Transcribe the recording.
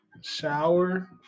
shower